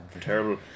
Terrible